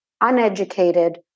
uneducated